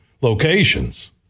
locations